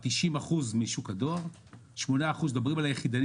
הוא 90 אחוזים משוק הדואר וכאשר מדברים על היחידני